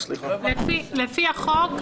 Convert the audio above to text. לפי החוק,